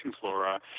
Flora